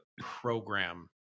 program